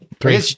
Three